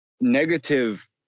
Negative